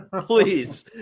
please